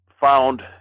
found